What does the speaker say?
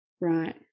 Right